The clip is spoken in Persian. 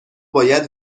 باید